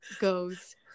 Goes